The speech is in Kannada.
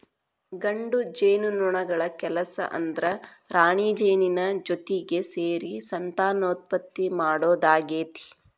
ಗಂಡು ಜೇನುನೊಣಗಳ ಕೆಲಸ ಅಂದ್ರ ರಾಣಿಜೇನಿನ ಜೊತಿಗೆ ಸೇರಿ ಸಂತಾನೋತ್ಪತ್ತಿ ಮಾಡೋದಾಗೇತಿ